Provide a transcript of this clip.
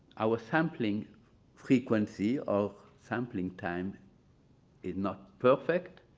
our sampling frequency of sampling time is not perfect,